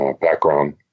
background